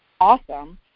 awesome